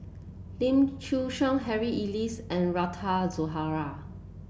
Lim Chin Siong Harry Elias and Rita Zahara